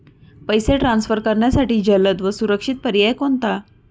पैसे ट्रान्सफर करण्यासाठी जलद व सुरक्षित पर्याय कोणता?